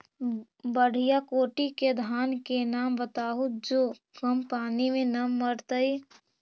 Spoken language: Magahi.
बढ़िया कोटि के धान के नाम बताहु जो कम पानी में न मरतइ?